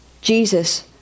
Jesus